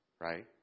right